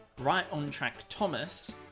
rightontrackthomas